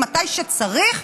ומתי שצריך,